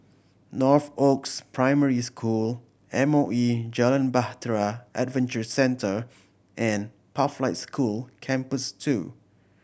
Northoaks Primary School M O E Jalan Bahtera Adventure Centre and Pathlight School Campus Two